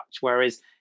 Whereas